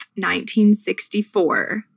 1964